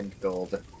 gold